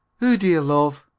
who do you love?